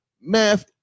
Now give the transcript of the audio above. math